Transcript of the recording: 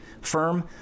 firm